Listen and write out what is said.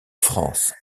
france